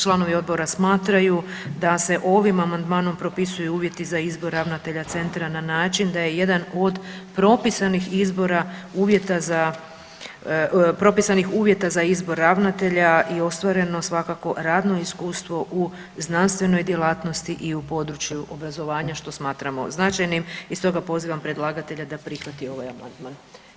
Članovi Odbora smatraju da se ovim amandmanom propisuju uvjeti za izbor ravnatelja Centra na način da je jedan od propisanih izbora uvjeta za, propisanih uvjeta za izbor ravnatelja i ostvareno, svakako radno iskustvo u znanstvenoj djelatnosti i na području obrazovanja, što smatramo značajnim i stoga pozivam predlagatelja da prihvati ovaj amandman.